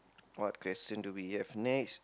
what question do we have next